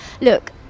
look